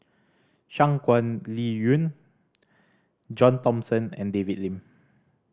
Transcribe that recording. Shangguan Liuyun John Thomson and David Lim